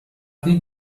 did